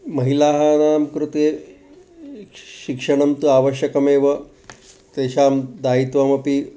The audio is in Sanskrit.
महिलानां कृते शिक्षणं तु आवश्यकमेव तेषां दायित्वमपि